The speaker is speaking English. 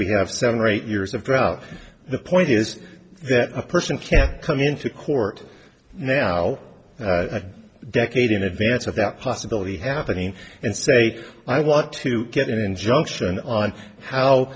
we have seven or eight years of drought the point is that a person can come into court now a decade in advance of that possibility happening and say i want to get an injunction on how